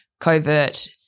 covert